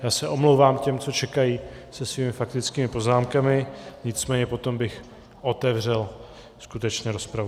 Já se omlouvám těm, co čekají se svými faktickými poznámkami, nicméně potom bych otevřel skutečně rozpravu.